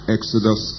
Exodus